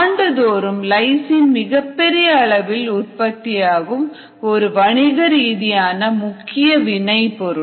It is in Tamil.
ஆண்டுதோறும் லைசின் மிகப்பெரிய அளவில் உற்பத்தியாகும் ஒரு வணிகரீதியான முக்கிய வினை பொருள்